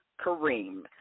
Kareem